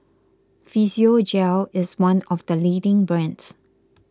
Physiogel is one of the leading brands